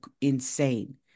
insane